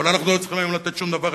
אבל אנחנו לא צריכים היום לתת שוב דבר,